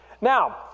Now